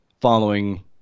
following